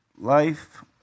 life